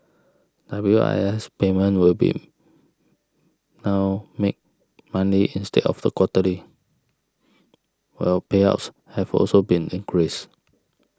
W I S payments will be now made Monday instead of the quarterly while payouts have also been increased